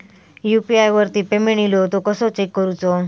UPI वरती payment इलो तो कसो चेक करुचो?